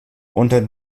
unter